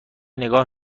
نگاه